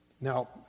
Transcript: Now